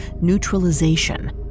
neutralization